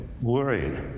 worried